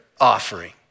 offering